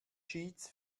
cheats